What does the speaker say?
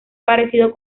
parecido